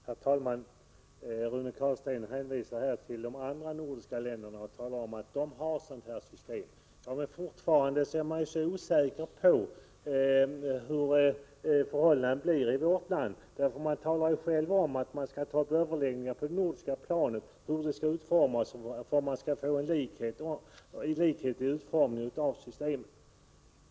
Herr talman! Rune Carlstein hänvisar till de andra nordiska länderna och talar om att de har ett sådant här system. Men fortfarande är man osäker på hur förhållandet blir i vårt land. Man talar om att ta upp överläggningar på det nordiska planet om hur systemet skall utformas och för att man skall få en likhet i utformningen.